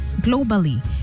globally